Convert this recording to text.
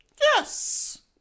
Yes